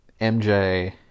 MJ